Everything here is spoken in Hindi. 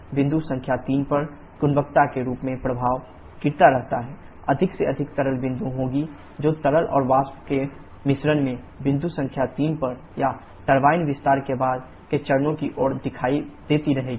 बिंदु संख्या 3 पर गुणवत्ता के रूप में प्रभाव गिरता रहता है अधिक से अधिक तरल बूंदें होंगी जो तरल और वाष्प के मिश्रण में बिंदु संख्या 3 पर या टरबाइन विस्तार के बाद के चरणों की ओर दिखाई देती रहेंगी